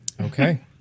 Okay